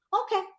okay